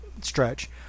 stretch